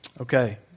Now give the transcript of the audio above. Okay